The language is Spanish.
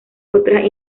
otras